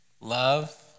love